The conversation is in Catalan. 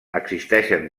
existeixen